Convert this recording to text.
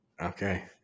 Okay